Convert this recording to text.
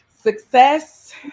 success